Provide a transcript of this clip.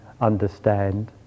understand